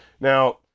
Now